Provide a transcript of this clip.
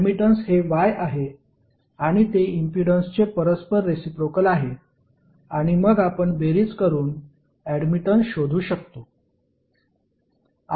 admittance हे Y आहे आणि ते इम्पीडन्सचे परस्पर रेसिप्रोकेल आहे आणि मग आपण बेरीज करून ऍडमिटन्स शोधू शकतो